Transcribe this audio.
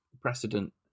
precedent